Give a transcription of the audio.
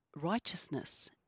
righteousness